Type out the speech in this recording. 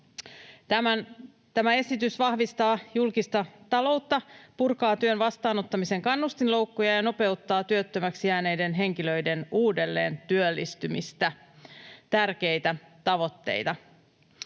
Tämä esitys vahvistaa julkista taloutta, purkaa työn vastaanottamisen kannustinloukkuja ja nopeuttaa työttömäksi jääneiden henkilöiden uudelleentyöllistymistä. Tärkeitä tavoitteita.